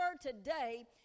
today